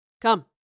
Come